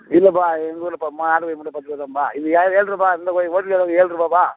இல்லைப்பா எங்கள் ஊர்லப்பா நாட்டு கோழி முட்டை பத்துருபா தான்ப்பா இது ஏழு ஏழுருபா அந்த கோழி வொயிட்லக் கோழி ஏழுருபாப்பா